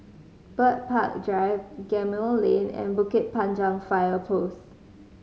Bird Park Drive Gemmill Lane and Bukit Panjang Fire Post